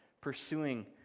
pursuing